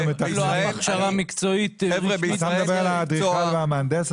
אתה מדבר על האדריכל והמהנדס,